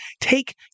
take